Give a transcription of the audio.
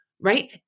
Right